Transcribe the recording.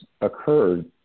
occurred